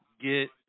get